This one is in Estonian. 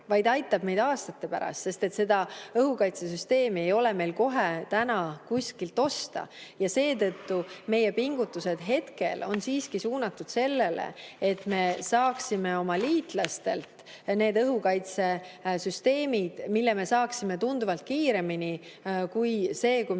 vaid see aitab meid aastate pärast, sest seda õhukaitsesüsteemi ei ole meil kohe kuskilt osta. Seetõttu on meie pingutused hetkel suunatud sellele, et me saaksime oma liitlastelt need õhukaitsesüsteemid. Nii me saaksime need tunduvalt kiiremini kui siis, kui